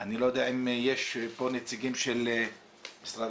תרשמו בגוגל "מנחת אסיף" ותראו נקודות ציון כאילו יש כבר